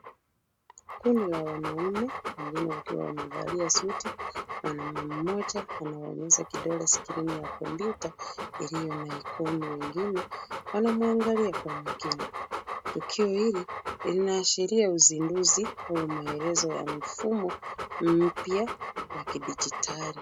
Kundi la wanaume wengine wakiwa wamevalia suti. Mwanaume mmoja anaonyesha kidole skrini ya kompyuta iliyo na ikoni . Wengine wanamwangalia kwa makini. Tukio hili linaashiria uzinduzi au maelezo ya mfumo mpya wa kidigitali.